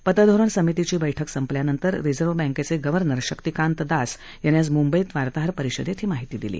पतधोरण समितीची बैठक संपल्यानंतर रिझर्व्ह बँकेचे गव्हर्नर शक्तिकांत दास यांनी आज मुंबईत वार्ताहरपरिषदेत ही माहिती दिली